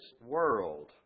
world